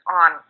on